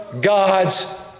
God's